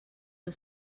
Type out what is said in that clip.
que